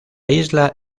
isla